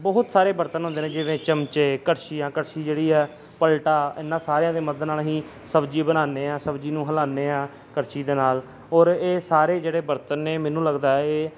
ਬਹੁਤ ਸਾਰੇ ਬਰਤਨ ਹੁੰਦੇ ਨੇ ਜਿਵੇਂ ਚਮਚੇ ਕੜਛੀਆਂ ਕੜਛੀ ਜਿਹੜੀ ਆ ਪਲਟਾ ਇਹਨਾਂ ਸਾਰਿਆਂ ਦੀ ਮਦਦ ਨਾਲ ਅਸੀਂ ਸਬਜ਼ੀ ਬਣਾਉਂਦੇ ਹਾਂ ਸਬਜ਼ੀ ਨੂੰ ਹਿਲਾਉਂਦੇ ਹਾਂ ਕੜਛੀ ਦੇ ਨਾਲ ਔਰ ਇਹ ਸਾਰੇ ਜਿਹੜੇ ਬਰਤਨ ਨੇ ਮੈਨੂੰ ਲੱਗਦਾ ਇਹ